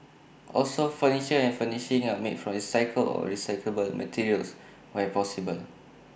also furniture and furnishings are made from recycled or recyclable materials where possible